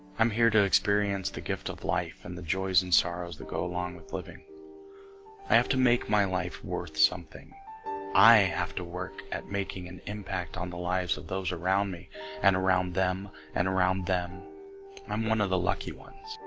i'm here to experience the gift of life and the joys and sorrows that go along with living i have to make my life worth something i have to work at making an impact on the lives of those around me and around them and around them i'm one of the lucky ones,